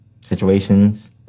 situations